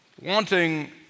wanting